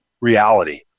reality